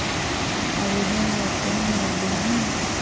आवेदन ला कोन ला देहुं?